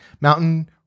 Mountain